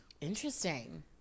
interesting